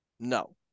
No